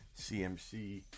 CMC